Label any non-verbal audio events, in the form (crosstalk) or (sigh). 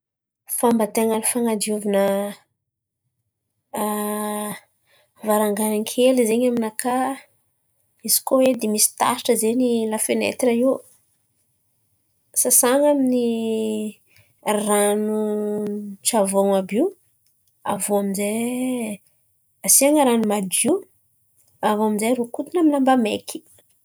Fomba ten̈a ny fanadiovana (hesitation) varangaran-kely zen̈y aminakà, izy koa edy misy taratra zen̈y lafenetira io sasan̈a amin'ny ranon-tsavôn̈o àby io. Aviô aminjay asian̈a rano madio. Aviô aminjay rokotin̈y amin'ny lamba maiky.